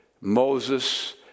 Moses